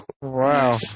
Wow